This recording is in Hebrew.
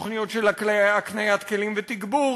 תוכניות של הקניית כלים ותגבור,